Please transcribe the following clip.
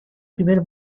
primer